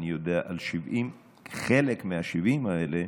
אני יודע על 70. חלק מה-70 האלה,